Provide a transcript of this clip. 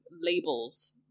labels